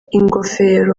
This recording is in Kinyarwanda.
ingofero